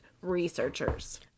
researchers